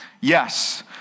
Yes